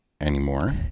anymore